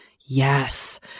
Yes